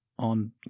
on